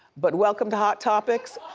but welcome to hot topics.